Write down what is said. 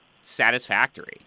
satisfactory